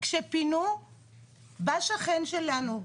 כשפינו בא שכן שלנו,